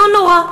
לא נורא,